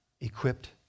Equipped